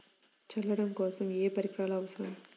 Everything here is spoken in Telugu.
చల్లడం కోసం ఏ పరికరాలు అవసరం?